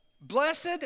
blessed